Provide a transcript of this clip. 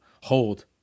hold